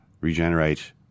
regenerate